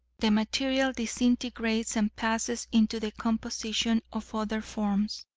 the material disintegrates and passes into the composition of other forms.